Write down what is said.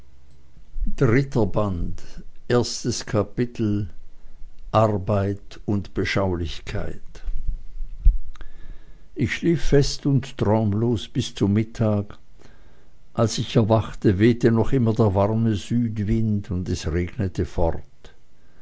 dritter band erstes kapitel arbeit und beschaulichkeit ich schlief fest und traumlos bis zum mittag als ich erwachte wehte noch immer der warme südwind und es regnete fort